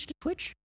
twitch